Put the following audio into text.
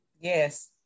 Yes